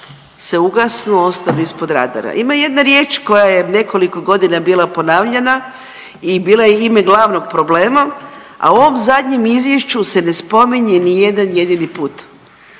se ugasnu, ostanu ispod radara. Ima jedna riječ koja je nekoliko godina bila ponavljana i bila je ime glavnog problema, a u ovom zadnjem izvješću se ne spominje ni jedan jedini put.